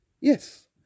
Yes